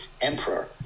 emperor